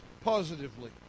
positively